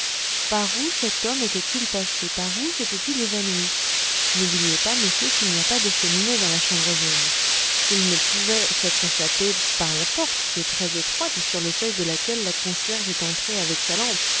par où cet homme était-il passé par où s'était-il évanoui n'oubliez pas monsieur qu'il n'y a pas de cheminée dans la chambre jaune il ne pouvait s'être échappé par la porte qui est très étroite et sur le seuil de laquelle la concierge est entrée avec sa lampe